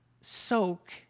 soak